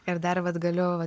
ir dar vat galiu vat